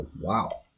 wow